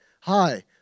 Hi